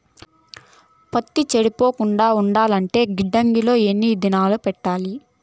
పత్తి చెడిపోకుండా ఉండాలంటే గిడ్డంగి లో ఎన్ని దినాలు పెట్టాలి?